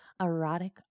Erotic